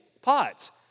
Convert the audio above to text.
Pots